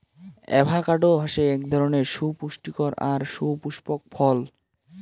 avocado হসে আক ধরণের সুপুস্টিকর আর সুপুস্পক ফল